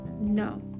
no